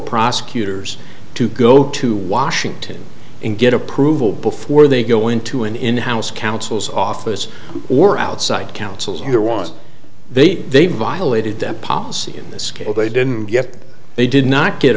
prosecutors to go to washington and get approval before they go into an in house counsel's office or outside counsels here was they they violated that policy in this case they didn't get that they did not get